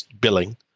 billing